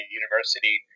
university